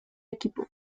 equipo